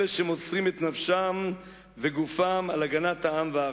רק לא אלה שמוסרים את נפשם וגופם על הגנת העם והארץ.